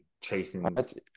chasing